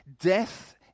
death